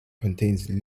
contains